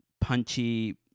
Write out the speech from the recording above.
punchy